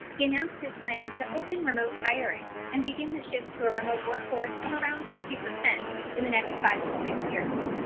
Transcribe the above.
he announced his plan to open remote hiring and begin the shift to a remote workforce of around fifty percent in the next five to ten years.